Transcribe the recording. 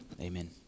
amen